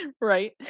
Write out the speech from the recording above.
Right